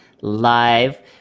live